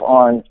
on